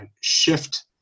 shift